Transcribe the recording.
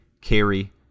carry